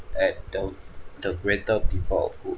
at the the greater people of who